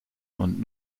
und